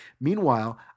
Meanwhile